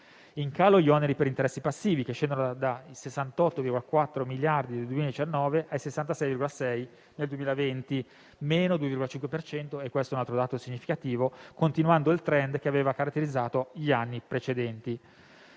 in calo gli oneri per interessi passivi, che scendono dai 68,4 miliardi del 2019 ai 66,6 del 2020 - -2,5 per cento, e questo è un altro dato significativo - continuando il *trend* che aveva caratterizzato gli anni precedenti.